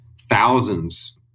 thousands